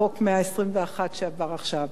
החוק ה-121 שעבר עכשיו.